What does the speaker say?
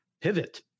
pivot